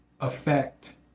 affect